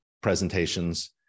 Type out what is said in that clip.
presentations